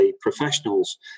professionals